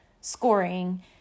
scoring